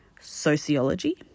sociology